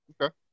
Okay